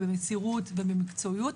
במסירות ובמקצועיות,